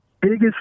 biggest